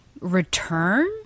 return